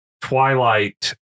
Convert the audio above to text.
Twilight